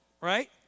right